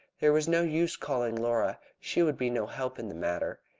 there was no use calling laura. she could be no help in the matter.